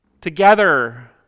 Together